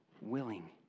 willing